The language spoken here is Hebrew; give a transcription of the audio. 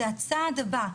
זה הצעד הבא.